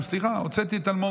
תפקידך, תפקידנו,